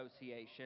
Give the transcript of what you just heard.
Association